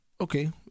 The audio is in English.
okay